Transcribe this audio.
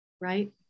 right